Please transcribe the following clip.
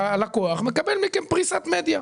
שהלקוח מקבל מכם פריסת מדיה.